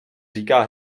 říká